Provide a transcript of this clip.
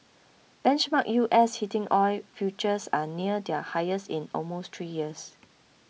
benchmark U S heating oil futures are near their highest in almost three years